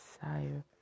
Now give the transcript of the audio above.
sire